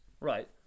Right